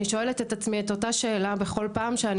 אני שואלת את עצמי את אותה השאלה בכל פעם שאני